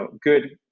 good